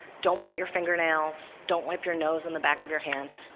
don't bite your fingernails. don't wipe your nose on the back of your hand.